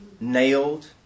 nailed